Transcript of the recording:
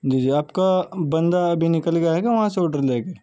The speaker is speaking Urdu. جی جی آپ کا بندہ ابھی نکل گیا ہے کیا وہاں سے آڈر لے کے